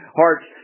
hearts